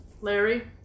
Larry